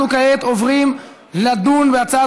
ההצעה